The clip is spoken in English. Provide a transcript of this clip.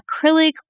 acrylic